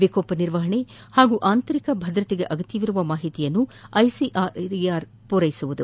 ವಿಕೋಪ ನಿರ್ವಹಣೆ ಹಾಗೂ ಆಂತರಿಕ ಭದ್ರತೆಗೆ ಅಗತ್ಯವಿರುವ ಮಾಹಿತಿಯನ್ನು ಐಸಿಆರ್ಇಆರ್ ಪೊರೈಸುವುದು